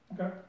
Okay